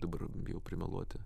dabar bijau primeluoti